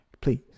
please